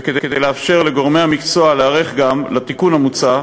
וכדי לאפשר לגורמי המקצוע להיערך לתיקון המוצע,